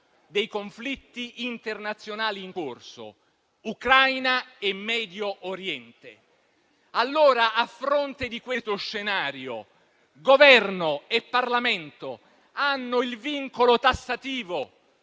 dei conflitti internazionali in corso: Ucraina e Medio Oriente. A fronte di questo scenario, Governo e Parlamento hanno non soltanto il vincolo tassativo